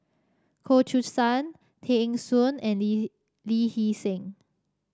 Goh Choo San Tay Eng Soon and Lee Hee Lee Hee Seng